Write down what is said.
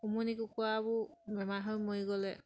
উমনি কুকুৰাবোৰ বেমাৰ হৈ মৰি গ'লে